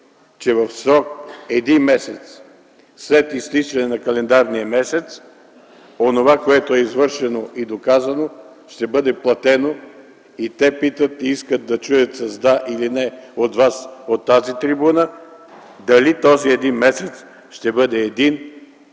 че в срок един месец след изтичане на календарния месец, онова, което е извършено и доказано, ще бъде платено. И те питат и искат да чуят с да или не от Вас от тази трибуна дали този един месец ще бъде един,